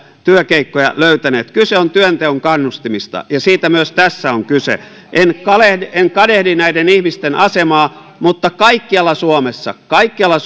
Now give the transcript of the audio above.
työkeikkoja löytäneet kyse on työnteon kannustimista ja siitä myös tässä on kyse en kadehdi näiden ihmisten asemaa mutta kaikkialla suomessa kaikkialla